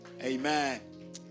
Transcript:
Amen